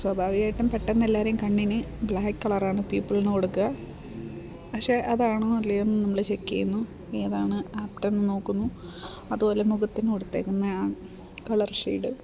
സ്വാഭാവികമായിട്ടും പെട്ടെന്ന് എല്ലാവരേയും കണ്ണിന് ബ്ലാക്ക് കളറാണ് പീപ്പിളിന് കൊടുക്കുക പക്ഷേ അതാണോ അല്ലയോയെന്ന് നമ്മൾ ചെക്ക് ചെയ്യുന്നു ഏതാണ് ആപ്റ്റെന്നു നോക്കുന്നു അതുപോലെ മുഖത്തിന് കൊടുത്തിരിക്കുന്ന ആ കളർ ഷെയ്ഡ്